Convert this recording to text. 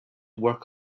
work